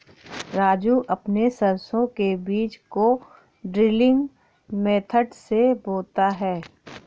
राजू अपने सरसों के बीज को ड्रिलिंग मेथड से बोता है